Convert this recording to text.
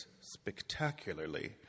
spectacularly